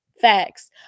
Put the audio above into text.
Facts